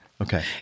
Okay